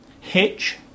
Hitch